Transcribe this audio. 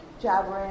jabbering